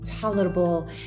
palatable